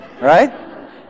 right